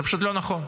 זה פשוט לא נכון.